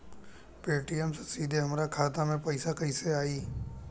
Paytm से सीधे हमरा खाता मे पईसा कइसे आई?